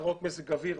התרעות מזג אוויר,